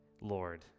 Lord